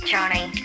Johnny